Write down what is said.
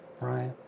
Right